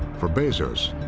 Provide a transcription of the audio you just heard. for bezos,